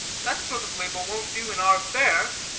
that sort of label won't do in our fair.